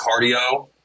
cardio